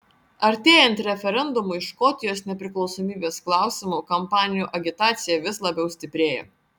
artėjant referendumui škotijos nepriklausomybės klausimu kampanijų agitacija vis labiau stiprėja